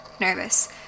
nervous